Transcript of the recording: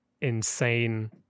insane